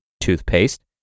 toothpaste